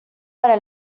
para